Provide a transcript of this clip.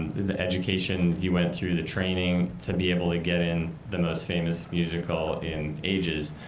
the educations you went through, the training to be able to get in the most famous musical in ages.